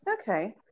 Okay